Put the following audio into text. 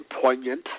poignant